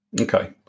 okay